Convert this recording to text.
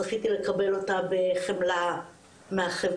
זכיתי לקבל אותה בחמלה מהחברה,